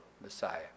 Messiah